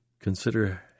consider